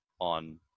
on